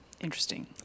Interesting